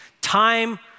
Time